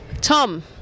Tom